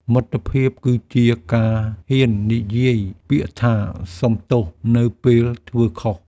មិត្តភាពគឺជាការហ៊ាននិយាយពាក្យថា "សុំទោស" នៅពេលធ្វើខុស។